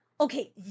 Okay